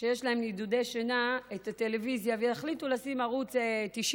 שיש להם נדודי שינה את הטלוויזיה ויחליטו לשים ערוץ 99,